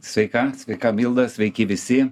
sveika sveika milda sveiki visi